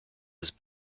was